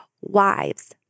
wives